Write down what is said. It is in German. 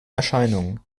erscheinung